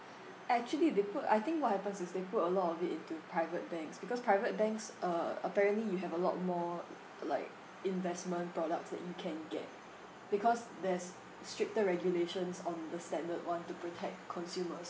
actually they put I think what happens is they put a lot of it into private banks because private banks uh apparently you have a lot more like investment products that you can get because there's stricter regulations on the standard one to protect consumers